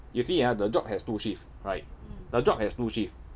you see ah the job has two shift right the job has two shift